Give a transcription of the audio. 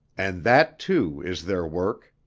and that, too, is their work.